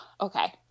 okay